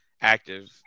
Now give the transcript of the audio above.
active